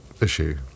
issue